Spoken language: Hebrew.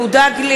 נגד יואב גלנט,